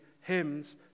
hymns